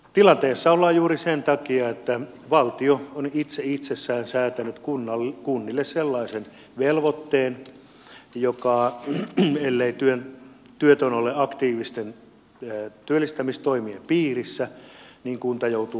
tilanteessa ollaan juuri sen takia että valtio on itsessään säätänyt kunnille sellaisen velvoitteen että ellei työtön ole aktiivisten työllistämistoimien piirissä niin kunta joutuu maksamaan sakkomaksuja